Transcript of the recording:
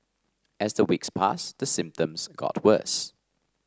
as the weeks passed the symptoms got worse